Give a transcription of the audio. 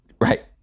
right